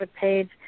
page